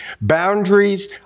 Boundaries